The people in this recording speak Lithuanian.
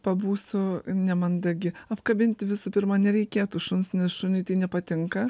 pabūsiu nemandagi apkabinti visų pirma nereikėtų šuns nes šuniui tai nepatinka